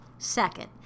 second